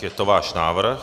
Je to váš návrh.